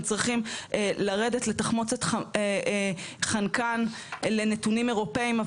צריכים לרדת לתחמוצת חנקן לנתונים אירופאים,